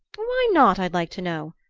why not, i'd like to know?